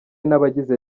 n’abagize